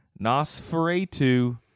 Nosferatu